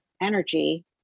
energy